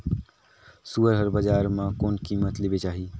सुअर हर बजार मां कोन कीमत ले बेचाही?